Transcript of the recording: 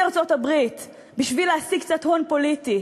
ארצות-הברית בשביל להשיג קצת הון פוליטי?